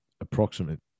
approximate